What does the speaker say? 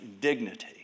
dignity